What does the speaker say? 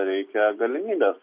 reikia galimybės